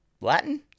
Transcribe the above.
Latin